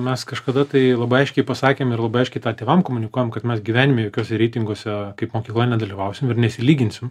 mes kažkada tai labai aiškiai pasakėm ir labai aiškiai tą tėvams komunikuojam kad mes gyvenime jokiuose reitinguose kaip mokykla nedalyvausim ir nesilyginsim